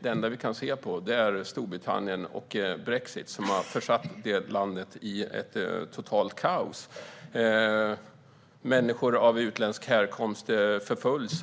Det enda man kan se på är Storbritannien och brexit, och brexit har försatt detta land i ett totalt kaos. Människor av utländsk härkomst förföljs